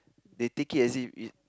they take it as if it